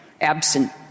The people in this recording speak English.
Absent